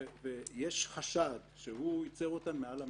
ויש חשד שהוא יצר מעל המכסה,